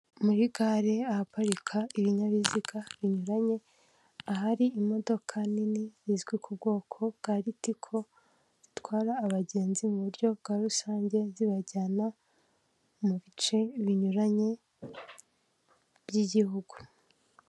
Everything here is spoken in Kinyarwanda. Muri gare ahaparika ibinyabiziga binyuranye, ahari imodoka nini izwi ku bwoko bwa Ritco zitwara abagenzi mu buryo bwa rusange, zibajyana mu bice binyuranye by'igihugu.